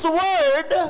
word